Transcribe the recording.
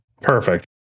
Perfect